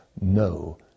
no